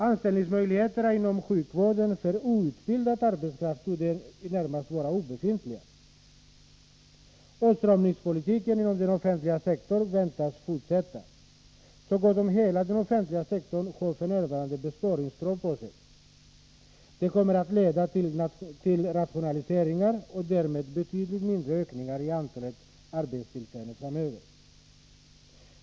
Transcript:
Anställningsmöjligheterna inom sjukvården för outbildad arbetskraft torde i det närmaste vara obefintliga. Åtstramningspolitiken inom den offentliga sektorn väntas fortsätta. Så gott som hela den offentliga sektorn har f. n. besparingskrav på sig. Det kommer att leda till rationaliseringar och därmed betydligt mindre ökningar i antalet arbetstillfällen framöver.